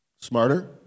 smarter